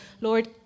Lord